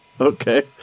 Okay